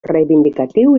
reivindicatiu